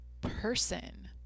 person